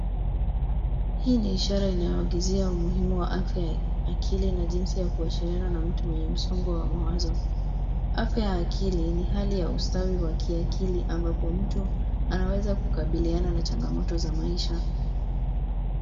Hii ni ishara inayoagiza umuhimu wa afya akili na jinsi ya kuwasiliana na mtu mwenye msongo wa mawazo. Afya ya akili ni hali ya ustawi wa kiakili ambapo mtu anaweza kukabiliana na changamoto za maisha.